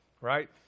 Right